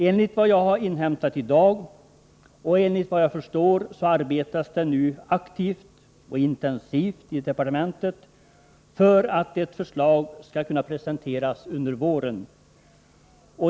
Enligt vad jag har inhämtat i dag — och enligt vad jag förstår — arbetas det nu aktivt och intensivt i departementet för att ett förslag skall kunna presenteras under våren.